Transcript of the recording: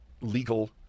legal